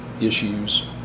issues